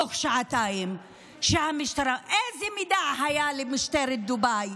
בתוך שעתיים המשטרה, איזה מידע היה למשטרת דובאי?